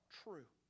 true